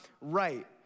right